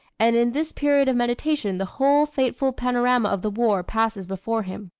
and in this period of meditation the whole fateful panorama of the war passes before him.